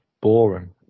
boring